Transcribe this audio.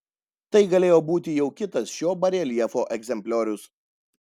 tai galėjo būti jau kitas šio bareljefo egzempliorius